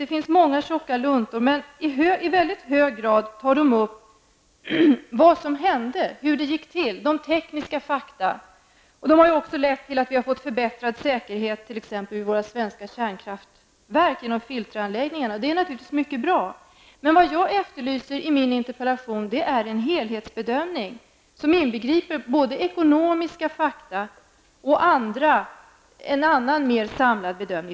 Det finns många tjocka luntor som i mycket hög grad tar upp vad som hände, hur olyckan gick till och tekniska fakta. Dessa undersökningar har lett till att säkerheten har förbättrats genom filteranläggningarna vid bl.a. de svenska kärnkraftverken, vilket naturligtvis är mycket bra. Men jag efterlyser en helhetsbedömning i min interpellation, som inbegriper både ekonomiska fakta och en annan mer samlad bedömning.